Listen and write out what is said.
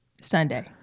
Sunday